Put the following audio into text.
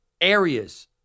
areas